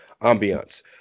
ambiance